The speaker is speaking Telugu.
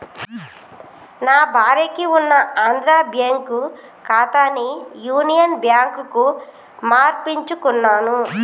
నా భార్యకి ఉన్న ఆంధ్రా బ్యేంకు ఖాతాని యునియన్ బ్యాంకుకు మార్పించుకున్నాను